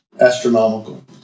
astronomical